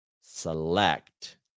Select